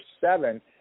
seven